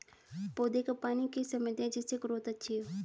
पौधे को पानी किस समय दें जिससे ग्रोथ अच्छी हो?